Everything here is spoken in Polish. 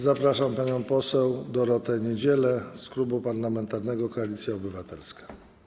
Zapraszam panią poseł Dorotę Niedzielę z Klubu Parlamentarnego Koalicja Obywatelska.